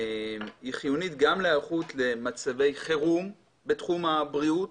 היא חיונית גם להיערכות למצבי חירום בתחום הבריאות,